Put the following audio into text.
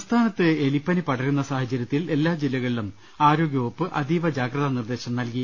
സംസ്ഥാനത്ത് എലിപ്പനി പടരുന്ന സാഹചര്യത്തിൽ എല്ലാ ജില്ലകളിലും ആരോഗ്യ വകുപ്പ് അതീവ ജാഗ്രതാ നിർദ്ദേശം നൽകി